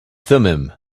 thummim